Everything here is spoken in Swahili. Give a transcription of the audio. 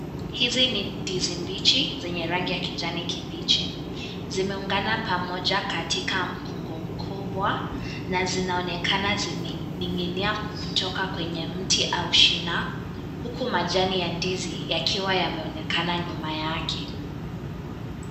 Hizi ni ndizi mbichi zenye rangi ya kijani kibichi ,zimeungana pamoja katika mkungo mkubwa na zinaonekana zimeninginia kutoka kwenye mti au shina huku majani ya ndizi yakiwa yameonekana nyuma yake.